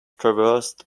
traversed